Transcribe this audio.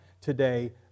today